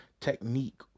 technique